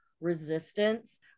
resistance